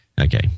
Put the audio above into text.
Okay